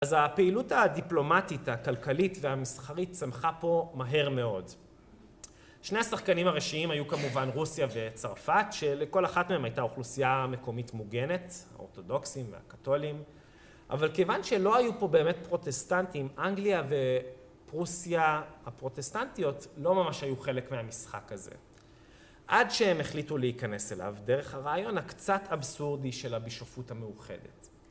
אז הפעילות הדיפלומטית הכלכלית והמסחרית צמחה פה מהר מאוד. שני השחקנים הראשיים היו כמובן רוסיה וצרפת שלכל אחת מהם הייתה אוכלוסייה מקומית מוגנת, האורתודוקסים והקתולים, אבל כיוון שלא היו פה באמת פרוטסטנטים אנגליה ופרוסיה הפרוטסטנטיות לא ממש היו חלק מהמשחק הזה. עד שהם החליטו להיכנס אליו דרך הרעיון הקצת אבסורדי של הבישופות המאוחדת.